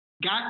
Got